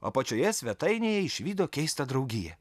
apačioje svetainėje išvydo keistą draugiją